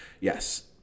yes